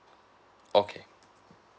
okay